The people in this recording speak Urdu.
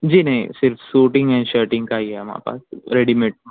جی نہیں صرف شوٹنگ ہے شرٹنگ کا ہی ہے ہمارے پاس ریڈیمیڈ